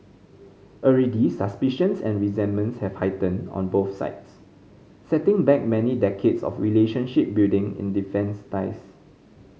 already suspicions and resentments have heightened on both sides setting back many decades of relationship building in defence ties